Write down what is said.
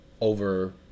over